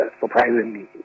surprisingly